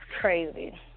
Crazy